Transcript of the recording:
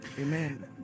amen